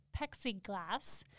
plexiglass